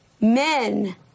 men